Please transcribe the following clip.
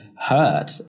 hurt